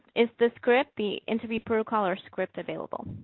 is the script the interview protocol or script available?